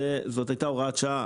זו הייתה הוראת שעה,